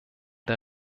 der